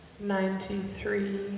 Ninety-three